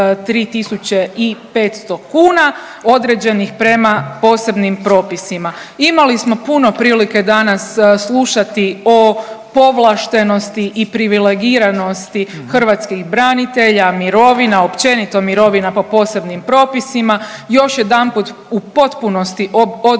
3500 kuna određenih prema posebnim propisima. Imali smo puno prilike danas slušati o povlaštenosti i privilegiranosti hrvatskih branitelja, mirovina općenito mirovina po posebnim propisima još jedanput u potpunosti odbijam